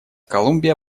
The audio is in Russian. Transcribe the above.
колумбия